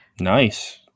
Nice